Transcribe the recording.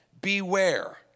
beware